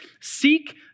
seek